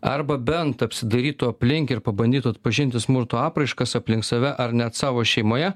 arba bent apsidairytų aplink ir pabandytų atpažinti smurto apraiškas aplink save ar net savo šeimoje